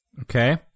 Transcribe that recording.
Okay